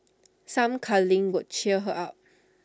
some cuddling could cheer her up